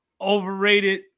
overrated